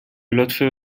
لطفی